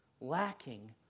lacking